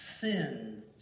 sins